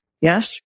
Yes